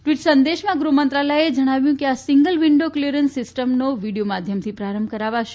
tweet સંદેશમાં ગૃહમંત્રાલયે જણાવ્યું કે આ સીંગલ વીન્ડો ક્લીયરન્સ સીસ્ટમનો વીડિયો માધ્યમથી પ્રારંભ કરાવશે